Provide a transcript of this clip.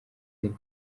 zina